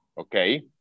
Okay